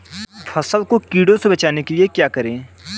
फसल को कीड़ों से बचाने के लिए क्या करें?